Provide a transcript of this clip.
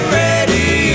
ready